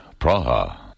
Praha